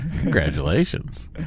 congratulations